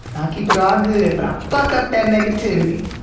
ah keep it all good, but i fuck up that negativity.